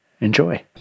enjoy